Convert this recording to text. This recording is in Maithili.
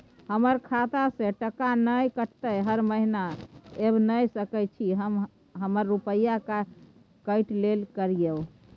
हमर खाता से टका नय कटलै हर महीना ऐब नय सकै छी हम हमर रुपिया काइट लेल करियौ?